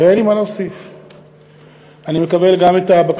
ואין לי מה להוסיף.